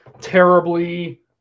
terribly